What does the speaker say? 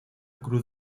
cruz